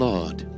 Lord